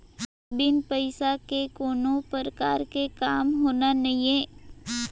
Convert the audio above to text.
बिन पइसा के कोनो परकार के काम होना नइये